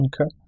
Okay